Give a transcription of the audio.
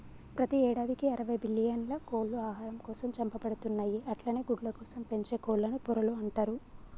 ప్రతి యేడాదికి అరవై బిల్లియన్ల కోళ్లు ఆహారం కోసం చంపబడుతున్నయి అట్లనే గుడ్లకోసం పెంచే కోళ్లను పొరలు అంటరు